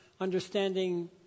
understanding